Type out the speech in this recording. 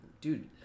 Dude